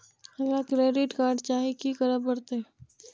हमरा credit card चाही की करे परतै?